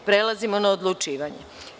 Prelazimo na odlučivanje.